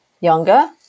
younger